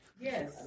Yes